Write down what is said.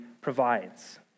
provides